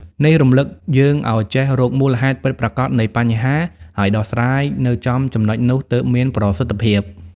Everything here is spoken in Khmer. នេះរំលឹកយើងឲ្យចេះ រកមូលហេតុពិតប្រាកដ នៃបញ្ហា ហើយដោះស្រាយនៅចំចំណុចនោះ ទើបមានប្រសិទ្ធភាព។